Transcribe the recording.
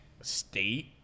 state